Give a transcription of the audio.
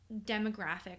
demographic